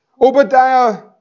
Obadiah